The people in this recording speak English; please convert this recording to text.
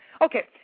Okay